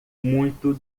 muito